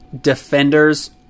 defenders